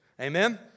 Amen